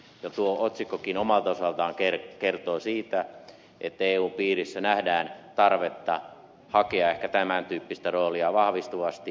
jo tuo otsikkokin omalta osaltaan kertoo siitä että eun piirissä nähdään tarvetta hakea ehkä tämän tyyppistä roolia vahvistuvasti